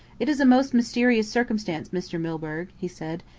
it is a most mysterious circumstance, mr. milburgh, he said.